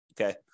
Okay